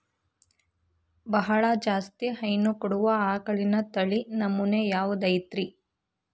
ಬಹಳ ಜಾಸ್ತಿ ಹೈನು ಕೊಡುವ ಆಕಳಿನ ತಳಿ ನಮೂನೆ ಯಾವ್ದ ಐತ್ರಿ?